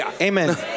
Amen